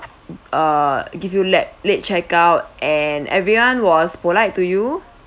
uh give you let late check out and everyone was polite to you